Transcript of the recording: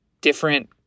different